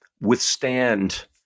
withstand